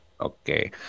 Okay